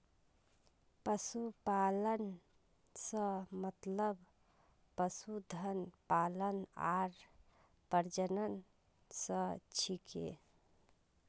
पशुपालन स मतलब पशुधन पालन आर प्रजनन स छिके